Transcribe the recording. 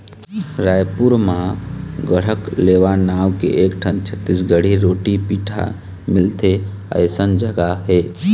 रइपुर म गढ़कलेवा नांव के एकठन छत्तीसगढ़ी रोटी पिठा मिलथे अइसन जघा हे